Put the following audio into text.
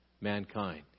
mankind